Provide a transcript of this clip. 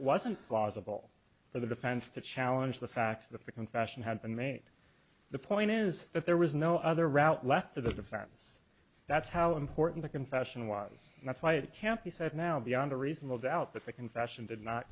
all for the defense to challenge the facts that the confession had been made the point is that there was no other route left to the defense that's how important the confession was that's why it can't be said now beyond a reasonable doubt that the confession did not